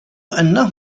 أنه